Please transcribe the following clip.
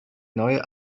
neue